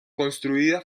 construida